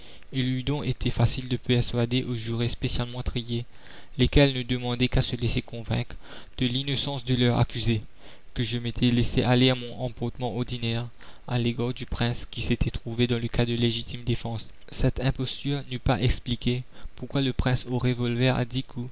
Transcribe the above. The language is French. eût donc été facile de persuader aux jurés spécialement triés lesquels ne demandaient qu'à se laisser convaincre de l'innocence de leur accusé que je m'étais laissé aller à mon emportement ordinaire à l'égard du prince qui s'était trouvé dans le cas de légitime défense la commune cette imposture n'eût pas expliqué pourquoi le prince au revolver à dix coups